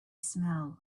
smell